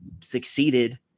succeeded